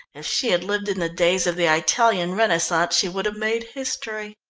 if she had lived in the days of the italian renaissance she would have made history.